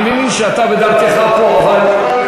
אני מבין שאתה בדרכך לפה,